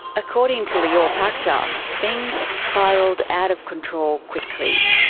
according to lior pachter, things spiralled out of control quickly.